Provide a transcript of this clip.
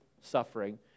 suffering